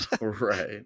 Right